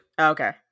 Okay